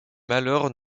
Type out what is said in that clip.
malheurs